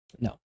No